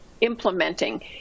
implementing